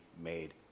made